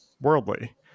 worldly